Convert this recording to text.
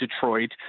Detroit